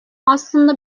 aslında